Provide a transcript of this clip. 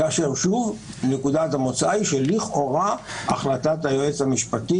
כאשר שוב נקודת המוצא היא שלכאורה החלטת היועץ המשפטי